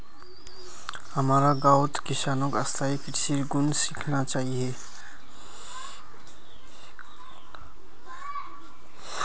हमारो गांउत किसानक स्थायी कृषिर गुन सीखना चाहिए